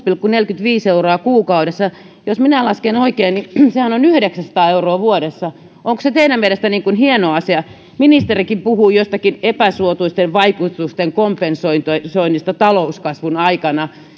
pilkku neljäkymmentäviisi euroa kuukaudessa vähemmän jos minä lasken oikein niin sehän on yhdeksänsataa euroa vuodessa onko se teidän mielestänne hieno asia ministerikin puhui jostakin epäsuotuisten vaikutusten kompensoinnista talouskasvun aikana